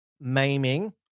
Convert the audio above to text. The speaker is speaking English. maiming